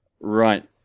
Right